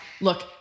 look